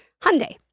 Hyundai